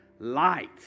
Light